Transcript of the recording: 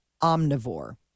omnivore